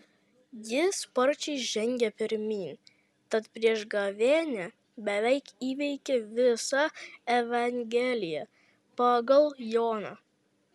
ji sparčiai žengė pirmyn tad prieš gavėnią beveik įveikė visą evangeliją pagal joną